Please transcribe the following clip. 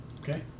Okay